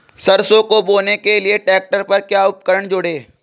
सरसों को बोने के लिये ट्रैक्टर पर क्या उपकरण जोड़ें?